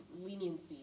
leniency